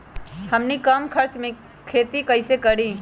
हमनी कम खर्च मे खेती कई से करी?